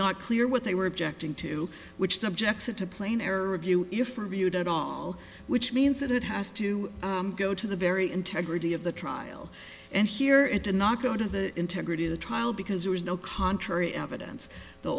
not clear what they were objecting to which subjects it to plain error review if reviewed at all which means that it has to go to the very integrity of the trial and here it did not go to the integrity of the trial because there was no contrary evidence the